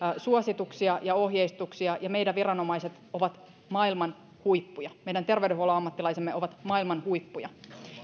suosituksia ja ohjeistuksia ja meidän viranomaiset ovat maailman huippuja meidän terveydenhuollon ammattilaisemme ovat maailman huippuja